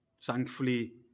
Thankfully